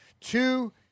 Two